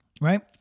right